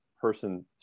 person